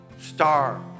star